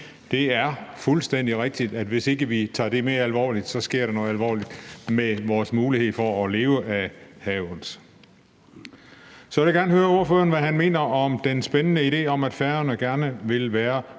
Det er fuldstændig rigtigt, at hvis ikke vi tager det mere alvorligt, så sker der noget alvorligt med vores mulighed for at leve af havet. Så vil jeg gerne høre ordføreren, hvad han mener om den spændende idé om, at Færøerne gerne vil være